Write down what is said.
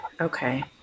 Okay